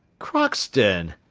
crockston!